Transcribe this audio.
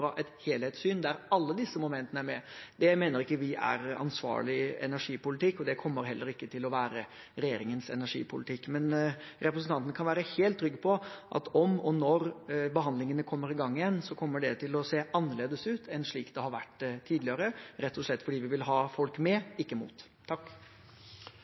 et helhetssyn der alle disse momentene er med, det mener ikke vi er ansvarlig energipolitikk, og det kommer heller ikke til å være regjeringens energipolitikk. Men representanten kan være helt trygg på at om og når behandlingene kommer i gang igjen, kommer det til å se annerledes ut enn slik det har vært tidligere, rett og slett fordi vi vil ha folk med,